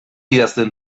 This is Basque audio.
idazten